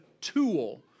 tool